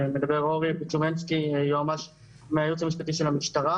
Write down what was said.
מדבר אורי בוצנימסקי מהייעוץ המשפטי של המשטרה.